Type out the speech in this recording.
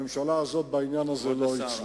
הממשלה הזאת, בעניין הזה, לא הצליחה.